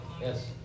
Yes